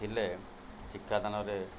ହେଲେ ଶିକ୍ଷାଦାନରେ